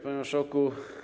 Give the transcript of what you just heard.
Panie Marszałku!